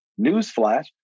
Newsflash